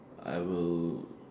I will